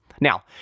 Now